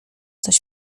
coś